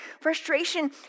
Frustration